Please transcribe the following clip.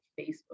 Facebook